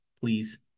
please